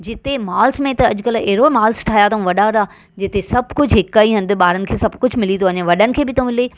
जिते मॉल्स में त अॼुकल्ह अहिड़ो मॉल्स ठाया अथऊं वॾा वॾा जिते सभु कुझु हिक ई हंधु ॿारनि खे सभु कुझु मिली थो वञे वॾनि खे बि थो मिले